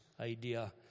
idea